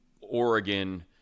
Oregon